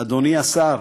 אדוני השר,